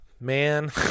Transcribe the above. man